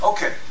Okay